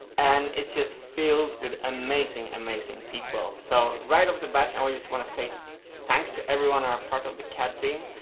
and it's just filled with amazing, amazing people. so right off the bat, i just want to say thanks to everyone are part of the cad team.